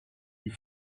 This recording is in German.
die